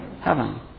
heaven